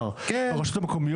ברור.